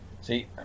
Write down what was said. see